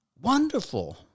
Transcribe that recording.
wonderful